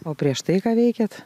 o prieš tai ką veikėt